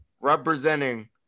representing